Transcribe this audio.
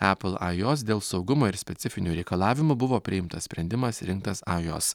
epl ajos dėl saugumo ir specifinių reikalavimų buvo priimtas sprendimas i imtas ajos